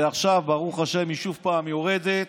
ועכשיו, ברוך השם, היא שוב יורדת.